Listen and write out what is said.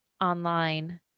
online